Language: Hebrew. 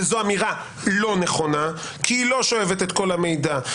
וזו אמירה לא נכונה כי היא לא שואבת את כל המידע,